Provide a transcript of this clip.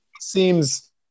seems